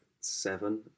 seven